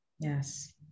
Yes